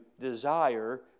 desire